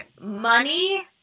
money